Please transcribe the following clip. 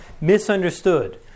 misunderstood